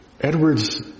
Edwards